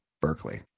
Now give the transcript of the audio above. Berkeley